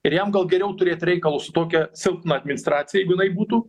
ir jam gal geriau turėt reikalus su tokia silpna administracija jeigu jinai būtų